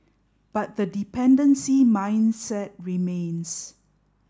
but the dependency mindset remains